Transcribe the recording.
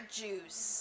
juice